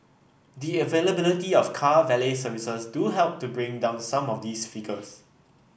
the availability of car valet services do help to bring down some of these figures